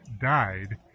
died